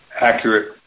accurate